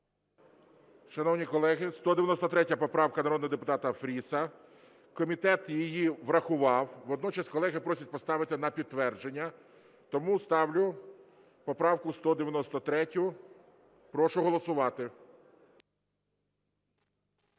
Шановні колеги, 193 поправка народного депутата Фріса. Комітет її врахував, водночас колеги просять поставити на підтвердження. Тому ставлю поправку 193. Прошу голосувати.